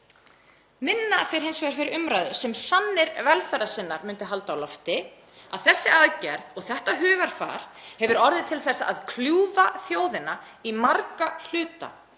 Minna fer hins vegar fyrir umræðu sem sannir velferðarsinnar myndu halda á lofti, þ.e. að þessi aðgerð og þetta hugarfar hefur orðið til þess að kljúfa þjóðina í marga hluta